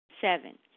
Seven